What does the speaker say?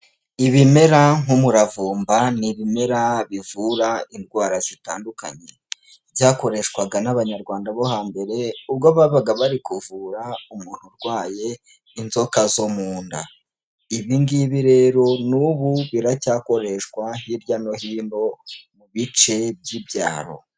Ibimera nk'umuravumba n'ibimera bivura indwara zitandukanye, byakoreshwaga n'abanyarwanda bo hambere ubwo babaga bari kuvura umuntu urwaye inzoka zo mu nda, ibi ngibi rero n'ubu biracyakoreshwa hirya no hino mu bice by'ibyaro.